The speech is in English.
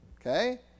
Okay